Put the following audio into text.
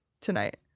tonight